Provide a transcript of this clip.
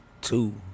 two